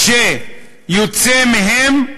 שיוצא מהם,